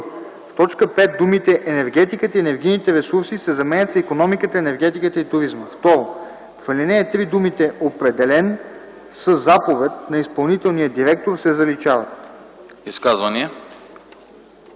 в т. 5 думите „енергетиката и енергийните ресурси” се заменят с „икономиката, енергетиката и туризма”. 2. В ал. 3 думите „определен със заповед на изпълнителния директор” се заличават.”